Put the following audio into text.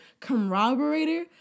corroborator